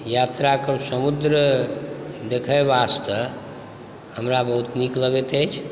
यात्राके समुद्र देखै वास्ते हमरा बहुत नीक लगैत अछि